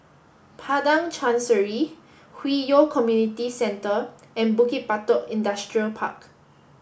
Padang Chancery Hwi Yoh Community Centre and Bukit Batok Industrial Park